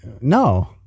No